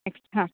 next ಹಾಂ